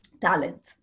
talent